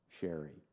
Sherry